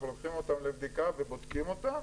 לוקחים אותם לבדיקה ובודקים אותם,